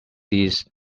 these